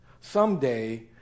someday